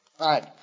right